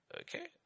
Okay